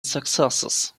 successes